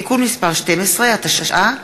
התשע"ה 2015,